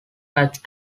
patch